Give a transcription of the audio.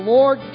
Lord